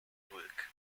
work